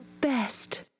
best